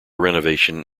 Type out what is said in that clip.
renovation